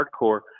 Hardcore